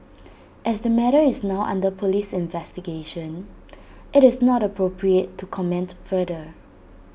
as the matter is now under Police investigation IT is not appropriate to comment further